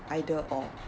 either or